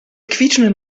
quietschenden